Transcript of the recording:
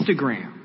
Instagram